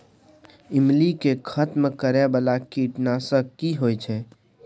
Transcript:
ईमली के खतम करैय बाला कीट नासक की होय छै?